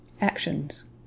Actions